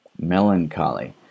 melancholy